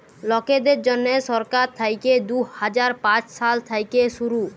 লকদের জ্যনহে সরকার থ্যাইকে দু হাজার পাঁচ সাল থ্যাইকে শুরু